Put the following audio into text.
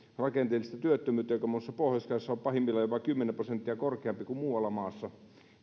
rakenteellista työttömyyttä joka muun muassa pohjois karjalassa on pahimmillaan jopa kymmenen prosenttia korkeampi kuin muualla maassa